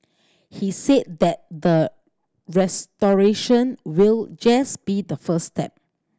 he said that the restoration will just be the first step